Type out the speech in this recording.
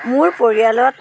মোৰ পৰিয়ালত